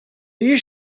you